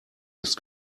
ist